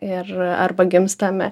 ir arba gimstame